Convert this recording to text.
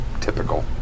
typical